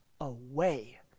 away